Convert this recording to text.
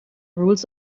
rules